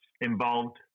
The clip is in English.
involved